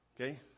Okay